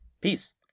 Peace